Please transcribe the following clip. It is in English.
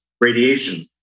radiation